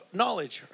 knowledge